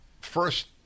first